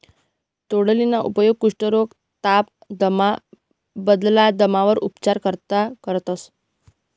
तोंडलीना उपेग कुष्ठरोग, ताप, दमा, बालदमावर उपचार करता करतंस